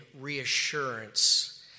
reassurance